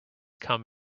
come